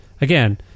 Again